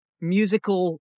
musical